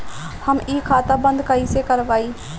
हम इ खाता बंद कइसे करवाई?